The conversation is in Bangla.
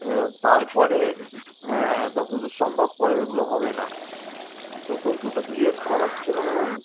এবার তারপরে হ্যাঁ যতো দূর সম্ভব পরেরগুলো হবে না প্রথম দুটো পিরিয়ড করাচ্ছে মনে হয়